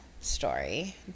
story